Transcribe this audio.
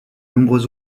nombreux